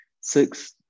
six